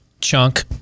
chunk